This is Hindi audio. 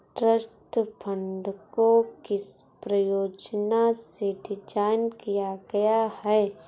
ट्रस्ट फंड को किस प्रयोजन से डिज़ाइन किया गया है?